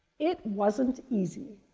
it wasn't easy.